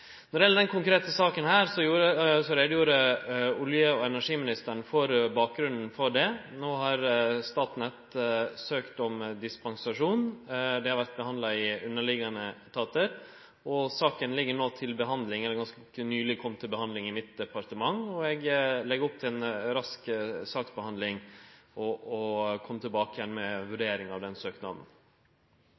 Når det gjeld denne konkrete saka, gjorde olje- og energiministeren greie for bakgrunnen for ho. No har Statnett søkt om dispensasjon. Det har vore behandla i underliggjande etatar, og saka er no ganske nyleg komen til behandling i mitt departement. Eg legg opp til ei rask saksbehandling og kjem tilbake igjen med vurderinga av den søknaden.